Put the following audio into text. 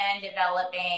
developing